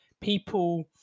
People